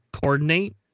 coordinate